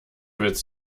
witz